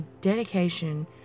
dedication